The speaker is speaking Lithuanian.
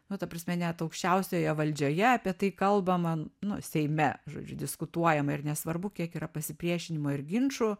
nu ta prasme net aukščiausioje valdžioje apie tai kalbama seime žodžiu diskutuojama ir nesvarbu kiek yra pasipriešinimo ir ginčų